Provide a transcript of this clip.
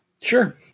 Sure